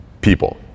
people